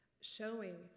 showing